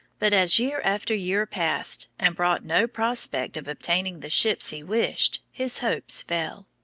but as year after year passed and brought no prospect of obtaining the ships he wished, his hopes fell.